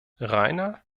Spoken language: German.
rainer